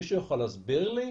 מישהו יכול להסביר לי למה,